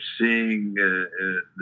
seeing